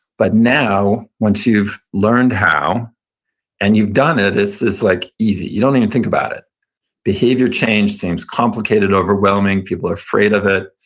but now, once you've learned how and you've done it, it's like easy. you don't even think about it behavior change seems complicated, overwhelming. people are afraid of it.